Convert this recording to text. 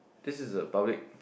this is a public